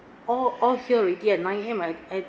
all all here already at nine A_M and and